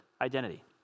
identity